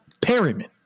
Perryman